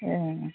ए